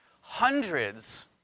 hundreds